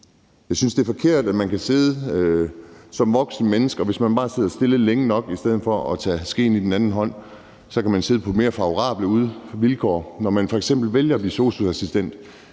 Jeg synes, det er forkert, at man kan sidde som voksent menneske, og hvis man bare sidder stille længe nok i stedet for at tage skeen i den anden hånd, så kan man sidde på mere favorable vilkår, når man f.eks. vælger at blive sosu-assistent,